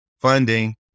funding